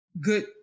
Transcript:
good